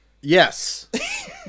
Yes